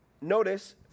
notice